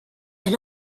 and